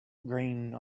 green